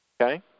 Okay